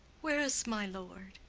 where is my lord?